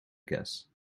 guess